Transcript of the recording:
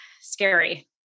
Scary